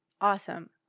Awesome